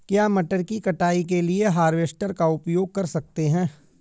क्या मटर की कटाई के लिए हार्वेस्टर का उपयोग कर सकते हैं?